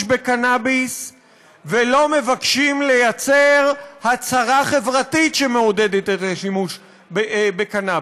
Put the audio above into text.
בקנביס ולא מבקשים לייצר הצהרה חברתית שמעודדת את השימוש בקנביס.